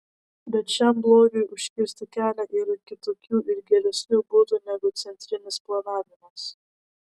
bet šiam blogiui užkirsti kelią yra kitokių ir geresnių būdų negu centrinis planavimas